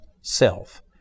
self